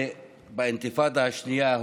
באינתיפאדה השנייה,